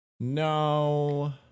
No